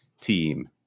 team